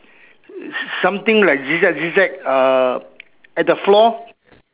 something like zig-zag zig-zag uh at the floor